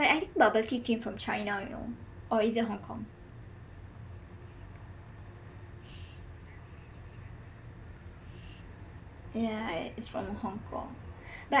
I think bubble tea came from china you know or is it Hong-Kong yah it's from Hong-Kong